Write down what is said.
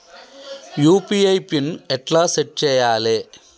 UPI PIN ఎట్లా set చేయాలే?